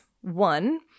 One